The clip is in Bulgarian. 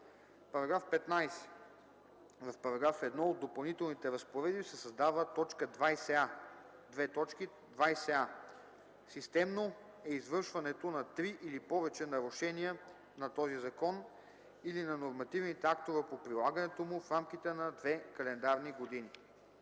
67а“. § 15. В § 1 от Допълнителните разпоредби се създава т. 20а: „20а. „Системно“ е извършването на три или повече нарушения на този закон или на нормативните актове по прилагането му в рамките на две календарни години.“